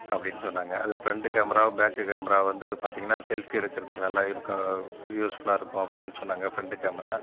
அப்படினு சொன்னாங்க அது ஃப்ரெண்ட்டு கேமரா பேக்கு கேமரா வந்து பார்த்திங்கன்னா செல்ஃபீ எடுக்கிறதுக்கு நல்லா இருக்கும் யூஸ்ஃபுல்லாக இருக்கும் அப்படினு சொன்னாங்க ஃப்ரெண்ட்டு கேமரா